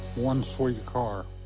one sweet car.